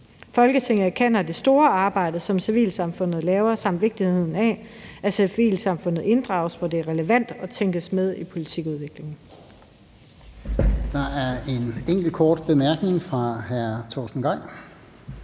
Folketinget anerkender det store arbejde, civilsamfundet laver, samt vigtigheden af, at civilsamfundet, hvor det er relevant, tænkes med i politikudviklingen.«